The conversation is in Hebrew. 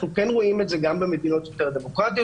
אנחנו כן רואים את זה במדינות היותר דמוקרטיות.